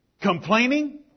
Complaining